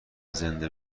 زنده